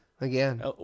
Again